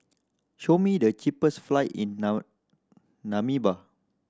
show me the cheapest flight in Namibia